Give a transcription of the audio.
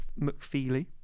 McFeely